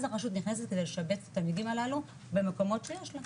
אז הרשות נכנסת לשבץ את התלמידים הללו במקומות שיש לה.